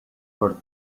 her